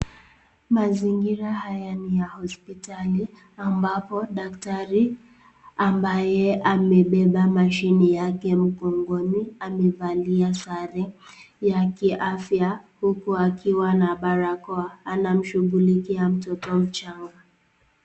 Mazingira haya ni ya hospitali, ambapo daktari ambaye amebeba mashini yake mgongoni amevalia sare ya kiafya, huku akiwa na barakoa, anamshughulikia mtoto mchanga.